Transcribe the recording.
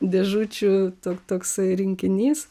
dėžučių toksai rinkinys